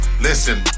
listen